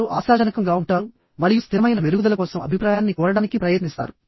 వారు ఆశాజనకం గా ఉంటారు మరియు స్థిరమైన మెరుగుదల కోసం అభిప్రాయాన్ని కోరడానికి ప్రయత్నిస్తారు